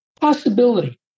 possibility